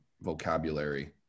vocabulary